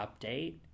update